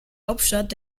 hauptstadt